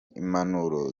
impanuro